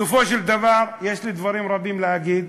בסופו של דבר, יש לי דברים רבים להגיד,